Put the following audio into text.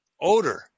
odor